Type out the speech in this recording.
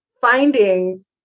finding